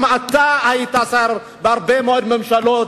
גם אתה היית שר בהרבה מאוד ממשלות.